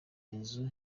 inzu